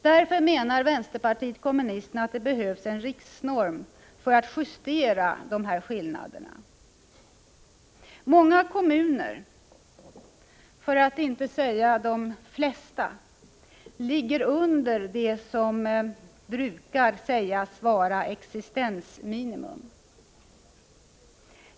Därför menar vänsterpartiet kommunisterna att det behövs en riksnorm för att justera skillnaderna. Många kommuner -— för att inte säga de flesta — ligger under det som brukar anses vara existensminimum.